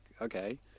okay